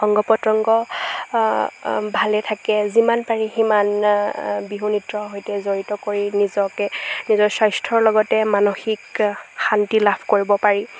অংগ পতংগ ভালে থাকে যিমান পাৰি সিমান বিহু নৃত্যৰ সৈতে জড়িত কৰি নিজকে নিজৰ স্বাস্থ্যৰ লগতে মানসিক শান্তি লাভ কৰিব পাৰি